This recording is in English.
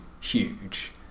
huge